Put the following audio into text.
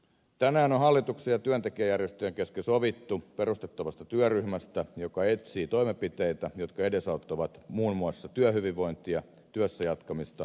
tänään on hallituksen ja työntekijäjärjestöjen kesken sovittu perustettavasta työryhmästä joka etsii toimenpiteitä jotka edesauttavat muun muassa työhyvinvointia työssäjaksamista ja osaamista